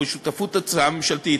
או בשותפות הצעה ממשלתית,